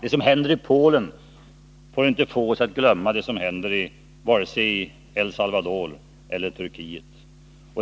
Det som händer i Polen får inte föranleda oss att glömma det som händer vare sig i El Salvador eller i Turkiet.